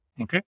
okay